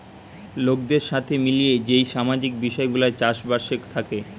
লোকদের সাথে মিলিয়ে যেই সামাজিক বিষয় গুলা চাষ বাসে থাকে